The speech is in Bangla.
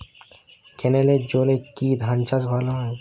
ক্যেনেলের জলে কি ধানচাষ ভালো হয়?